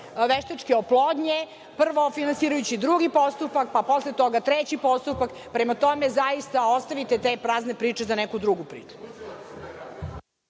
veštačke oplodnje. Prvo, finansirajući drugi postupak, pa posle toga treći postupak. Prema tome, zaista ostavite te prazne priče za neku drugu priču.